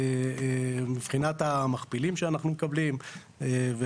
מבחינת המכפילים שאנחנו מקבלים,